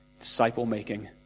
disciple-making